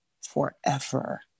forever